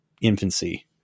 infancy